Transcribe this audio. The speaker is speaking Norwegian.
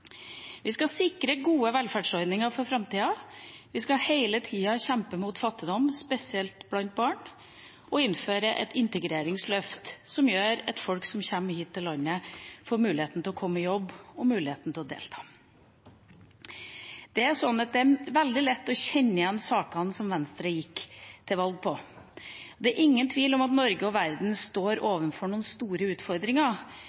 alle skal ha muligheter. Vi skal sikre gode velferdsordninger for framtida. Vi skal hele tida kjempe mot fattigdom, spesielt blant barn, og innføre et integreringsløft som gjør at folk som kommer hit til landet, får mulighet til å komme i jobb og mulighet til å delta. Det er veldig lett å kjenne igjen sakene som Venstre gikk til valg på. Det er ingen tvil om at Norge og verden står